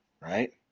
Right